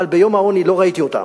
אבל ביום העוני לא ראיתי אותם.